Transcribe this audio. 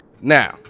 Now